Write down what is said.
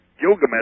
Gilgamesh